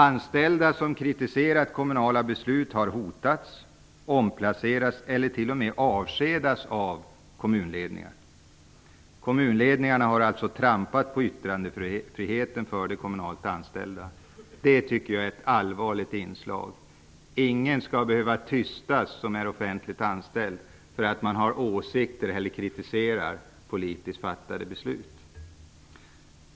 Anställda som har kritiserat kommunala beslut har hotats, omplacerats eller t.o.m. avskedats av kommunledningarna. Kommunledningarna har trampat på yttrandefriheten för de kommunalt anställda. Det är ett allvarligt inslag. Ingen offentliganställd skall tystas för sina åsikters skull eller för kritik av politiskt fattade beslut.